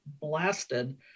blasted